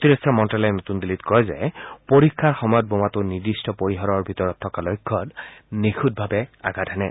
প্ৰতিৰক্ষা মন্তালয়ে নতুন দিল্লীত কয় যে পৰীক্ষাৰ সময়ত বোমাটো নিৰ্দিষ্ট পৰিসৰৰ ভিতৰত থকা লক্ষ্যত নিখুঁটভাবে আঘাত হানে